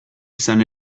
izan